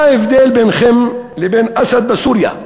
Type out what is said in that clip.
מה ההבדל ביניכם לבין אסד בסוריה?